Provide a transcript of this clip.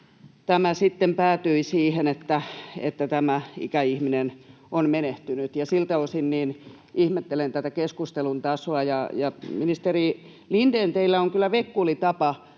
Tämä sitten päätyi siihen, että tämä ikäihminen on menehtynyt, ja siltä osin ihmettelen tätä keskustelun tasoa. Ministeri Lindén, teillä on kyllä vekkuli tapa